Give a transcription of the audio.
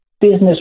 business